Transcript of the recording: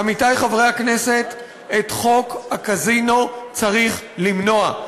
עמיתי חברי הכנסת, את חוק הקזינו צריך למנוע.